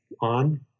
on